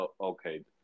Okay